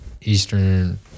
eastern